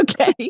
Okay